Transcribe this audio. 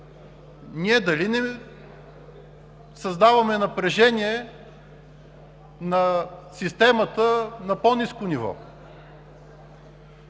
дали не създаваме напрежение на системата на по-ниско ниво?